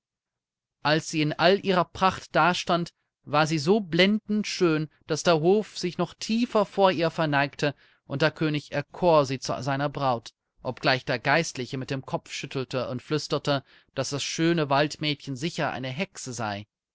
als sie in all ihrer pracht dastand war sie so blendend schön daß der hof sich noch tiefer vor ihr verneigte und der könig erkor sie zu seiner braut obgleich der geistliche mit dem kopf schüttelte und flüsterte daß das schöne waldmädchen sicher eine hexe sei